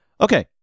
Okay